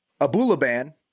Abulaban